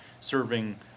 serving